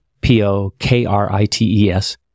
p-o-k-r-i-t-e-s